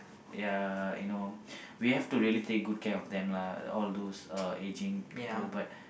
ya you know we have to really take good care of them lah all those ageing people but